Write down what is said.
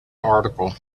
article